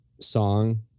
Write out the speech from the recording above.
song